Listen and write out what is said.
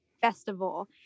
Festival